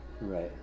Right